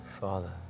Father